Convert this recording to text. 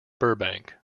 burbank